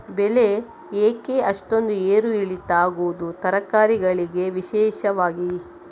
ಬೆಳೆ ಯಾಕೆ ಅಷ್ಟೊಂದು ಏರು ಇಳಿತ ಆಗುವುದು, ತರಕಾರಿ ಗಳಿಗೆ ವಿಶೇಷವಾಗಿ?